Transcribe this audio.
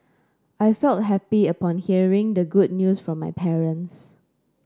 I felt happy upon hearing the good news from my parents